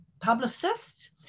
publicist